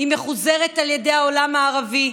היא מחוזרת על ידי העולם הערבי,